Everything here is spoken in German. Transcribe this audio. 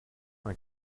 man